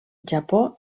japó